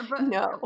no